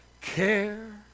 care